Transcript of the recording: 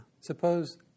Suppose